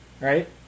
right